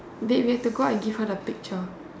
they we have to go out and give her the picture